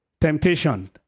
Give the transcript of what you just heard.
Temptation